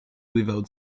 without